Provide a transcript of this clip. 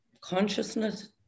consciousness